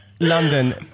London